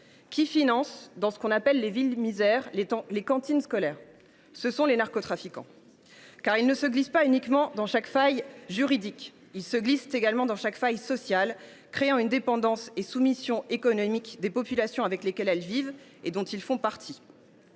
scolaires dans ce que l’on appelle les « villes misère »? Ce sont les narcotrafiquants : ils ne se glissent pas seulement dans chaque faille juridique, mais également dans chaque faille sociale, créant une dépendance et une soumission économiques des populations avec lesquelles ils vivent et dont ils font partie.